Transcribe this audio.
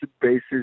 basis